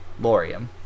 Lorium